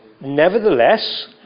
Nevertheless